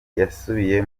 yasubiye